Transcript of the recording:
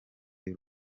y’u